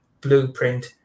blueprint